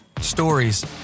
Stories